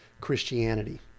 Christianity